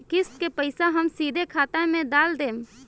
किस्त के पईसा हम सीधे खाता में डाल देम?